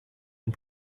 and